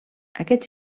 aquests